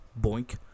Boink